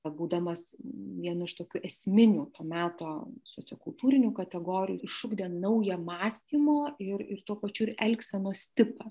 būdamas vienu iš tokių esminių to meto sociokultūrinių kategorijų išugdė naują mąstymo ir ir tuo pačiu elgsenos tipą